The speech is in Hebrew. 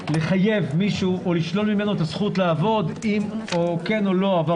לחייב מישהו או לשלול ממנו את הזכות לעבוד אם כן או לא הוא עבר בדיקה.